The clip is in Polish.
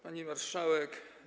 Pani Marszałek!